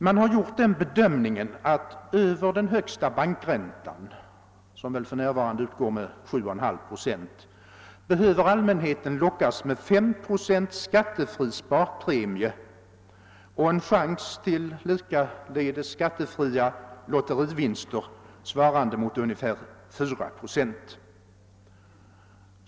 Man har gjort den bedömningen att över den högsta bankräntan — som väl för närvarande utgår med 7,5 procent — behöver allmänheten lockas med en skattefri sparpremie på 5 procent san en chans till likaledes skattefria lotterivinster svarande mot ungefär 4 procent.